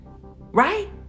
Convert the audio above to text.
Right